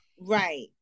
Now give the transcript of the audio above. right